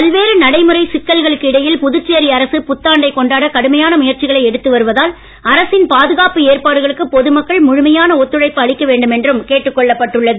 பல்வேறு நடைமுறை சிக்கல்களுக்கு இடையில் புதுச்சேரி அரசு கொண்டாட கடுமையான முயற்சிகளை எடுத்து புத்தாண்டை வருவதால்அரசின் பாதுகாப்பு ஏற்பாடுகளுக்கு பொதுமக்கள் முழுமையான ஒத்துழைப்பு அளிக்க வேண்டும் என்றும் கேட்டுக் கொள்ளப்பட்டுள்ளது